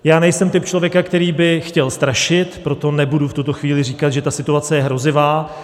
Já nejsem typ člověka, který by chtěl strašit, proto nebudu v této chvíli říkat, že ta situace je hrozivá.